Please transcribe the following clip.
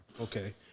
Okay